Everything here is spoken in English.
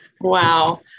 Wow